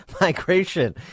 migration